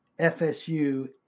FSU